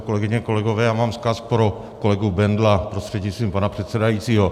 Kolegyně a kolegové, já mám vzkaz pro kolegu Bendla prostřednictvím pana předsedajícího.